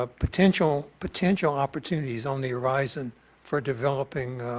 ah potential potential opportunities on the horizon for developing